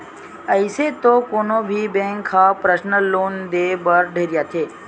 अइसे तो कोनो भी बेंक ह परसनल लोन देय बर ढेरियाथे